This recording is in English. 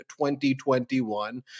2021